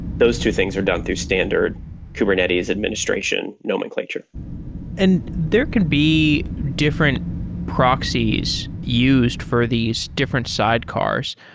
those two things are done through standard kubernetes administration nomenclature and there could be different proxies used for these different sidecars.